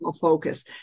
focus